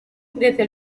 desde